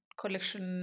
Collection